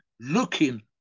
looking